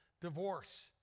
divorce